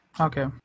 Okay